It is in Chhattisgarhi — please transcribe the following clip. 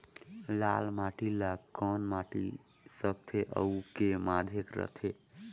लाल माटी ला कौन माटी सकथे अउ के माधेक राथे?